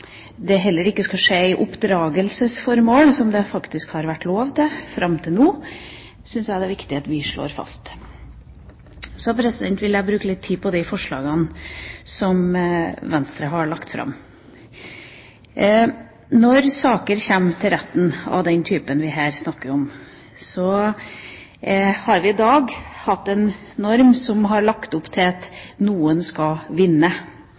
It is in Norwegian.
det heller ikke skal skje i oppdragelsesformål – som faktisk har vært lov til fram til nå – syns jeg det er viktig å slå fast. Så vil jeg bruke litt tid på de forslagene som Venstre har lagt fram. Når saker av den typen vi her snakker om, kommer til retten, har vi i dag hatt en norm som har lagt opp til at noen skal vinne.